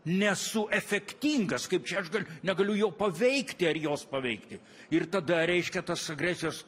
nesu efektingas kaip čia aš gal negaliu jo paveikti ar jos paveikti ir tada reiškia tos agresijos